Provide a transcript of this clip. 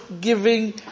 giving